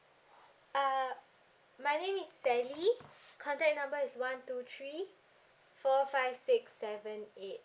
uh my name is sally contact number is one two three four five six seven eight